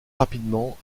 rapidement